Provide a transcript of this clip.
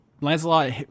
Lancelot